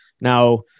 Now